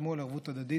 חתמו על ערבות הדדית.